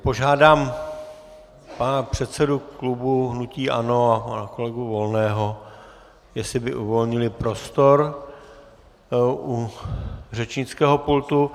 Požádám pana předsedu klubu hnutí ANO a kolegu Volného , jestli by uvolnili prostor u řečnického pultu.